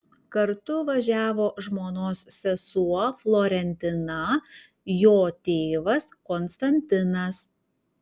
kartu važiavo žmonos sesuo florentina jo tėvas konstantinas